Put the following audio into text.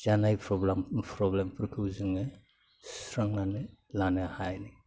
जानाय प्रब्लेमफोरखौ जोङो सुस्रांनानै लानो हायो